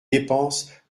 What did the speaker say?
dépenses